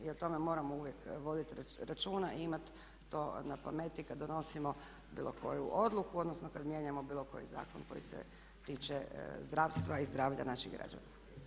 I o tome moramo uvijek voditi računa i imati to na pameti kada donosimo bilo koju odluku, odnosno kada mijenjamo bilo koji zakon koji se tiče zdravstva i zdravlja naših građana.